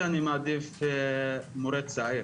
שאני מעדיף מורה צעיר,